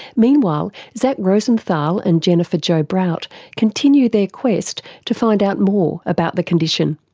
meanwhile zach rosenthal and jennifer jo brout continue their quest to find out more about the condition.